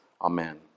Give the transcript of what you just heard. Amen